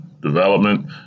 development